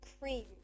cream